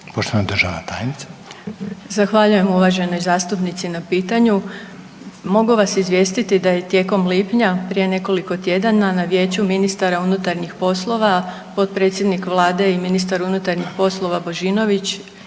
Vuksanović, Irena (HDZ)** Zahvaljujem uvažena zastupnice na pitanju, mogu vas izvijestiti da je tijekom lipnja prije nekoliko tjedana na Vijeću ministara unutarnjih poslova, potpredsjednik Vlade i ministar MUP-a Božinović